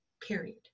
period